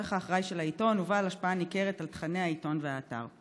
העורך האחראי של העיתון ו"בעל השפעה ניכרת על תוכני העיתון והאתר,